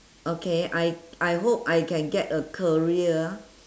okay I I hope I can get a career